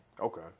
Okay